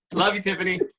love you, tiffany.